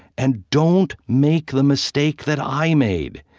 and don't make the mistake that i made.